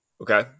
Okay